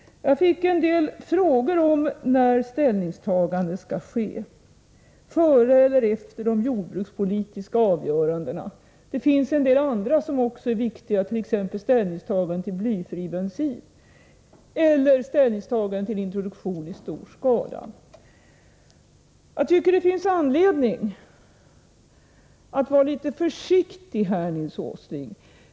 Jag fick en del frågor om när ställningstagande skall ske — före eller efter de jordbrukspolitiska avgörandena. Det finns en del andra frågor som också är viktiga, t.ex. ställningstagande till blyfri bensin eller ställningstagande till introduktion i stor skala. Jag tycker att det finns anledning att vara litet försiktig här, Nils Åsling.